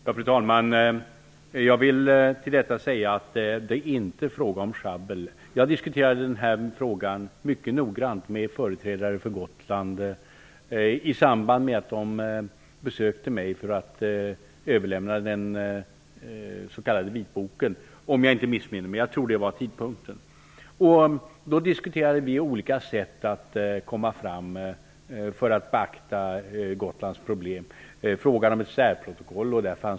Fru talman! Jag vill säga att det inte är fråga om sjabbel. Jag har diskuterat frågan mycket noggrant med företrädare för Gotland i samband med att de besökte mig för att överlämna den s.k. vitboken. Om jag inte missminner mig skedde diskussionen vid den tidpunkten. Vi diskuterade olika sätt att beakta Gotlands problem. Ett särprotokoll diskuterades.